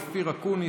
אופיר אקוניס,